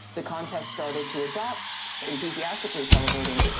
the contest started to adopt enthusiastically televoting,